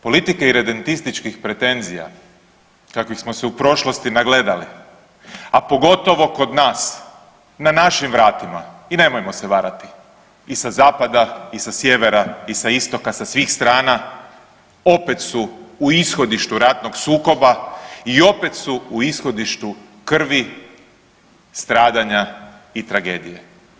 Politike iredentističkih pretenzija kakvih smo se u prošlosti nagledali, a pogotovo kod nas na našim vratima i nemojmo se varati i sa zapada i sa sjevera i sa istoka, sa svih strana opet su u ishodištu ratnog sukoba i opet su u ishodištu krivi, stradanja i tragedije.